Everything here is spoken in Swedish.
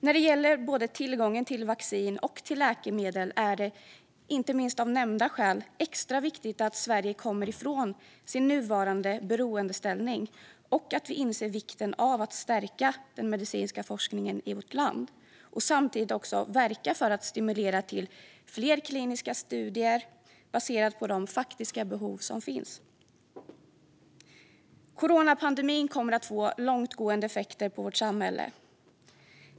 När det gäller tillgången till vaccin och läkemedel är det inte minst av nämnda skäl extra viktigt att Sverige kommer ifrån sin nuvarande beroendeställning och att vi inser vikten av att stärka den medicinska forskningen i vårt land och samtidigt också verka för att stimulera till fler kliniska studier, baserat på de faktiska behov som finns. Coronapandemin kommer att få långtgående effekter på vårt samhälle.